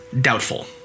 doubtful